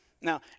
Now